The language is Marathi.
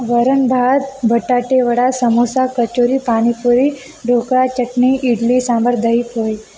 वरणभात बटाटेवडा समोसा कचोरी पाणीपुरी ढोकळा चटणी इडली सांबार दहीपोहे